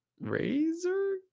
Razor